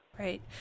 Right